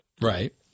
Right